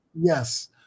Yes